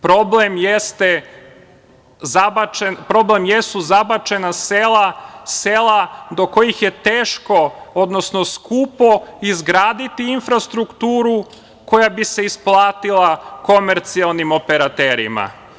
Problem jesu zabačena sela, sela do kojih je teško, odnosno skupo izgraditi infrastrukturu koja bi se isplatila komercijalnim operaterima.